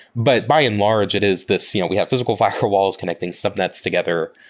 but by and large it is this we have physical firewalls connecting subnets together,